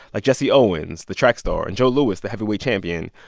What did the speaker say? like jesse owens, the track star, and joe lewis, the heavyweight champion,